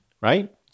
right